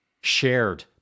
shared